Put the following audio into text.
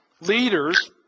Leaders